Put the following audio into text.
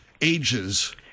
ages